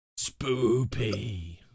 Spoopy